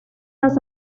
las